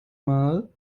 mal